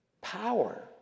power